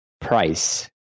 price